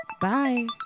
Bye